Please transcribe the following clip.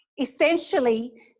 Essentially